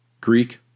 Greek